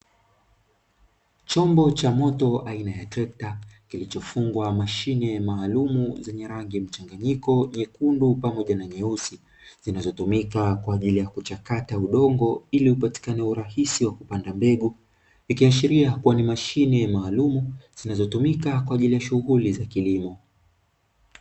Chombo cha moto aina ya trekta kilichofungwa mashine maalumu zenye rangi mchanganyiko nyekundu pamoja na nyeusi zinazotumika kwa ajili ya kuchakata udongo ili upatikane urahisi wa kupanda mbegu nikiashiria kuwa ni mashine maalumu zinazotumika kwa ajili ya shughuli za kilimo.